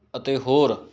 ਅਤੇ ਹੋਰ